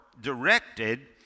directed